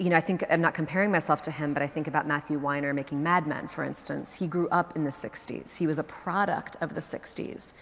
you know i think i'm not comparing myself to him but i think about matthew weiner making mad men, for instance. he grew up in the sixty s. he was a product of the sixty s.